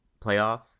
playoff